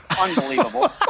unbelievable